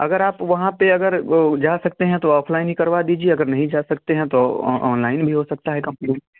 अगर आप वहाँ पर अगर जा सकते हैं तो ऑफलाइन ही करवा दीजिए अगर नहीं जा सकते हैं तो ओनलाइन भी हो सकता है कंप्लेन